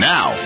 Now